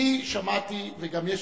אני שמעתי, וגם יש